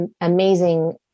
amazing